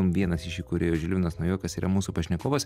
vienas iš įkūrėjų žilvinas naujokas yra mūsų pašnekovas